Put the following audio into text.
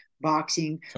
boxing